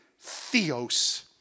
Theos